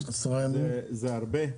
זה הרבה.